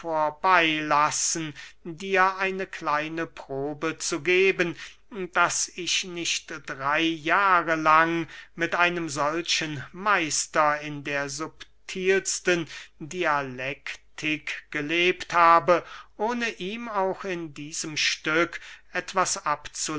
vorbey lassen dir eine kleine probe zu geben daß ich nicht drey jahre lang mit einem solchen meister in der subtilsten dialektik gelebt habe ohne ihm auch in diesem stück etwas